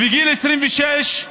בגיל 26,